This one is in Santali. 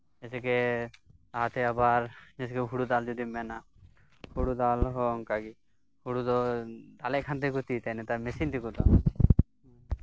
ᱡᱮᱭᱥᱮ ᱠᱮ ᱚᱱᱟ ᱛᱮᱜᱮ ᱟᱵᱟᱨ ᱦᱩᱲᱩ ᱫᱟᱞ ᱡᱩᱫᱤᱢ ᱢᱮᱱᱟ ᱦᱩᱲᱩ ᱫᱟᱞ ᱦᱚᱸ ᱚᱱᱠᱟ ᱜᱮ ᱦᱩᱲᱩ ᱫᱚ ᱫᱟᱞᱮᱫ ᱛᱟᱦᱮᱸ ᱠᱟᱱᱟ ᱠᱚ ᱢᱮᱥᱤᱱ ᱛᱮ ᱱᱮᱛᱟᱨ ᱢᱮᱥᱤᱱ ᱛᱮᱠᱚ ᱫᱟᱞᱮᱫ ᱠᱟᱱᱟ